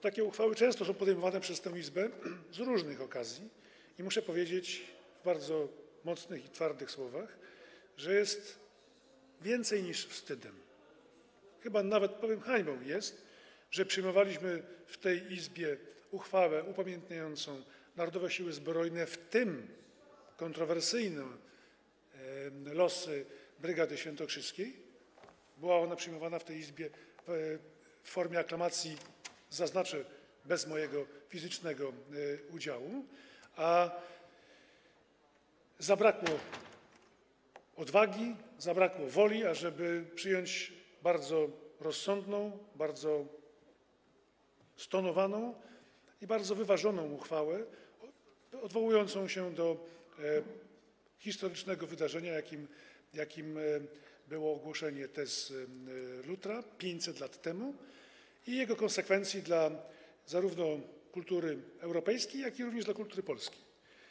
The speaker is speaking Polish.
Takie uchwały często są podejmowane przez tę Izbę z różnych okazji i muszę powiedzieć w bardzo mocnych i twardych słowach, że jest więcej niż wstydem, chyba nawet powiem, że jest hańbą, że przyjmowaliśmy w tej Izbie uchwałę upamiętniającą Narodowe Siły Zbrojne, w tym kontrowersyjne losy Brygady Świętokrzyskiej - była ona przyjmowana w tej Izbie przez aklamację, zaznaczę, bez mojego fizycznego udziału - a zabrakło odwagi, zabrakło woli, ażeby przyjąć bardzo rozsądną, bardzo stonowaną i bardzo wyważoną uchwałę odwołującą się do historycznego wydarzenia, jakim było ogłoszenie tez Lutra 500 lat temu, i jego konsekwencji zarówno dla kultury europejskiej, jak i dla kultury polskiej.